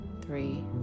three